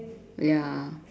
ya